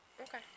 Okay